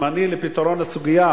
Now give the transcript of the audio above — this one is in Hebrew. זמני לפתרון הסוגיה,